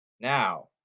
Now